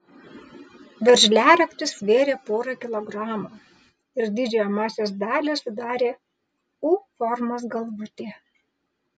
veržliaraktis svėrė porą kilogramų ir didžiąją masės dalį sudarė u formos galvutė